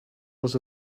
was